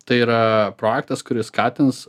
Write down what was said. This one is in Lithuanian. tai yra projektas kuris skatins